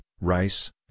rice